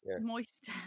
Moist